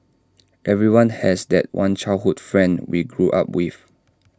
everyone has that one childhood friend we grew up with